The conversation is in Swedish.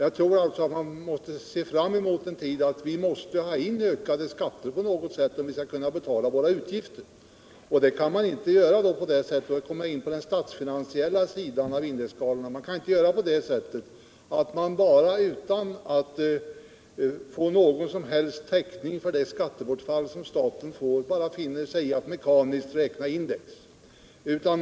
Jag tror alltså att man måste inse att vi måste ha in ökade skatter på något sätt om vi skall kunna betala våra utgifter. — Jag kommer då in på den statsfinansiella sidan av saken och kan konstatera att man inte bara kan finna sig i att mekaniskt räkna index — utan att få någon som helst täckning för det skattebortfall staten får.